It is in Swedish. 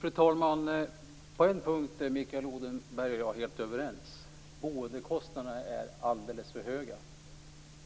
Fru talman! På en punkt är Mikael Odenberg och jag helt överens: boendekostnaderna är alldeles för höga,